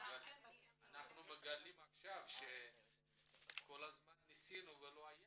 אנחנו מגלים עכשיו שכל הזמן ניסינו ולא היה